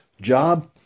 job